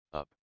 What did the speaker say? up